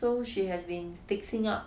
so she has been fixing up